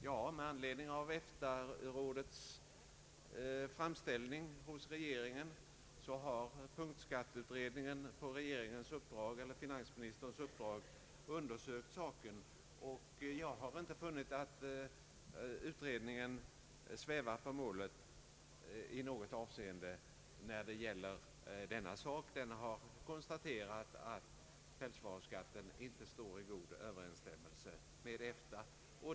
Ja, med anledning av EFTA-rådets framställning till regeringen har punktskatteutredningen på finansministerns uppdrag undersökt saken, och jag har inte funnit att utredningen svävat på målet i något avseende när det gäller denna sak. Den har konstaterat att pälsvaruskatten inte står i god överensstämmelse med EFTA konventionen.